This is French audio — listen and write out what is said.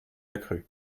accrue